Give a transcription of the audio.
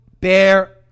bear